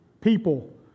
people